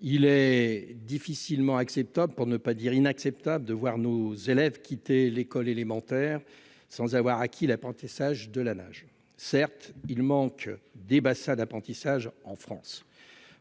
Il est difficilement acceptable, pour ne pas dire inacceptable, de voir nos élèves quitter l'école élémentaire sans avoir acquis l'apprentissage de la natation. Certes, il manque des bassins d'apprentissage en France,